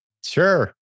Sure